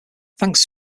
thanks